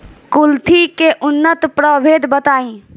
कुलथी के उन्नत प्रभेद बताई?